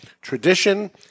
tradition